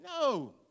No